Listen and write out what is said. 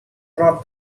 brought